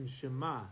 Shema